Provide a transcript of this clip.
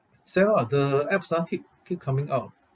sarah the apps ah keep keep coming out